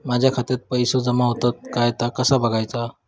माझ्या खात्यात पैसो जमा होतत काय ता कसा बगायचा?